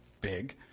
big